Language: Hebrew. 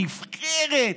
נבחרת.